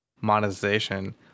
monetization